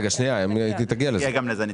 רק רגע, היא תגיע גם לזה.